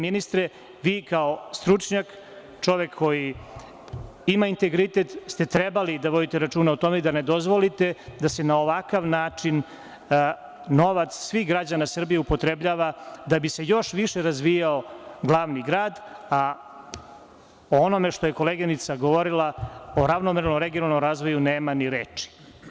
Ministre, vi kao stručnjak, čovek koji ima integritet, ste trebali da vodite računa o tome i da ne dozvolite da se na ovakav način novac svih građana Srbije upotrebljava da bi se još više razvijao glavni grad, a o onome što je koleginica govorila, o ravnomernom regionalnom razvoju nema ni reči.